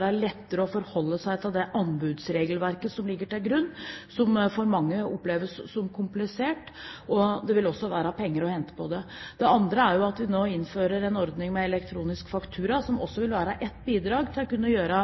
lettere å forholde seg til det anbudsregelverket som ligger til grunn, som for mange oppleves som komplisert, og det vil også være penger å hente på det. Det andre er at vi nå innfører en ordning med elektronisk faktura, som også vil være et bidrag til å kunne gjøre